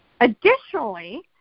Additionally